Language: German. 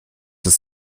ist